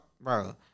Bro